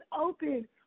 open